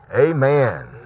Amen